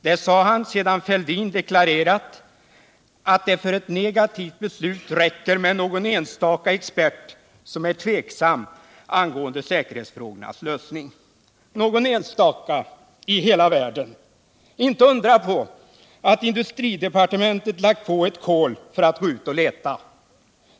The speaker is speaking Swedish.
Det sade han sedan herr Fälldin deklarerat att det för ett negativt beslut räcker med någon enstaka expert som är tveksam angående säkerhetsfrågornas lösning. Någon enstaka i hela världen! Inte undra på att industridepartementet lagt på ett kol för att gå ut och leta.